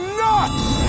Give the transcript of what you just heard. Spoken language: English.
nuts